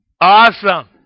Awesome